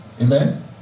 Amen